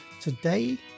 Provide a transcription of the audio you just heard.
today